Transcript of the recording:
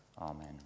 Amen